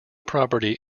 property